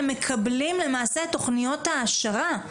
הם מקבלים למעשה את תכניות ההעשרה,